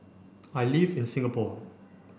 I live in Singapore